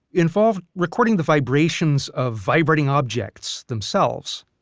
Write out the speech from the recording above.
involved recording the vibrations of vibrating objects themselves.